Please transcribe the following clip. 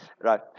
right